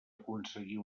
aconseguir